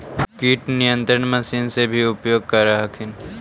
किट नियन्त्रण मशिन से भी उपयोग कर हखिन?